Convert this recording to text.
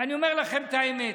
ואני אומר לכם את האמת,